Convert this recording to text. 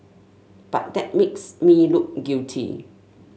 but that makes me look guilty